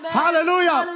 hallelujah